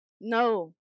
No